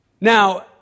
Now